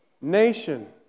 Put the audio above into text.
nation